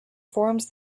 forms